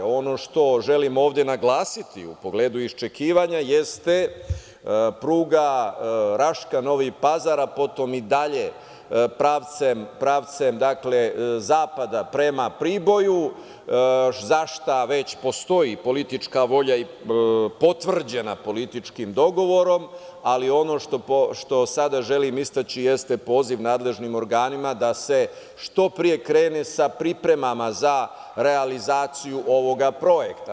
Ono što želim ovde naglasiti u pogledu iščekivanja jeste pruga Raška-Novi Pazar, a potom i dalje pravcem zapada prema Priboju, zašta već postoji politička volja potvrđena političkim dogovorom, ali ono što sada želim istaći jeste poziv nadležnim organima da se što pre krene sa pripremama za realizaciju ovog projekta.